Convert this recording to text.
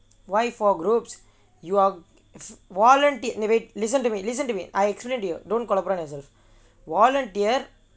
why four groups you're if volunteer wait listen to me listen to me I couldn't deal don't குழப்புறான்:kuzhapuraan yourself volunteer